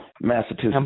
Massachusetts